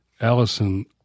Allison